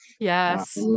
Yes